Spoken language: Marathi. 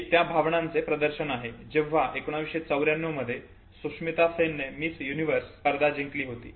हे त्या भावनांचे प्रदर्शन आहे जेव्हा 1994 मध्ये सुष्मिता सेनने मिस युनिव्हर्स स्पर्धा जिंकली होती